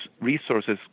resources